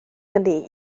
hynny